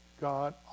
God